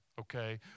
Okay